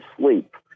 sleep